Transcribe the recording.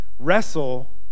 Wrestle